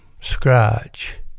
scratch